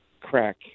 crack